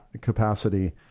capacity